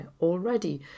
already